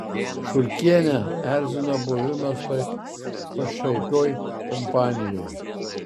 šurkienę erzino buvimas toj pašaipioj kompanijoj